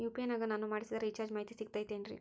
UPI ನಾಗ ನಾನು ಮಾಡಿಸಿದ ರಿಚಾರ್ಜ್ ಮಾಹಿತಿ ಸಿಗುತೈತೇನ್ರಿ?